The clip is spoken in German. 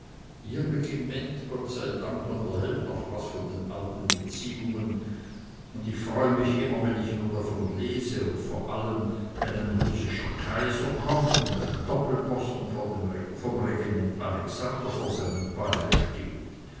gott sei dank unterhält noch was von den alten beziehungen und ich freue mich immer wenn ich davon lese vor allem wenn ein russischer kaiser kommt und ein doppelposten vom regiment alexander vor seinem palais steht